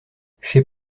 chez